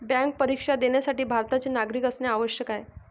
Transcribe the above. bank परीक्षा देण्यासाठी भारताचे नागरिक असणे आवश्यक आहे